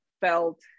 felt